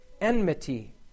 enmity